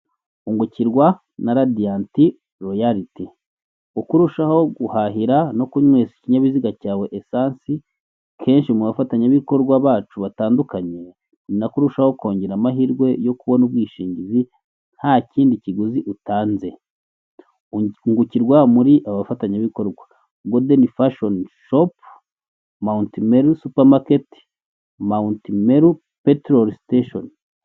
Ungukirwa na radiyanti royariti. Uko urushaho guhahira no kunywesha ikinyabiziga cyawe esansi kenshi mu bafatanyabikorwa bacu batandukanye, ni nako urushaho kongera amahirwe yo kubona ubwishingizi nta kindi kiguzi utanze. Ungukirwa muri aba bafatanyabikorwa: godeni fashoni shopu, mawunti meru supamaketi, mawunti meru peterori siteshoni.